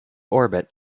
orbit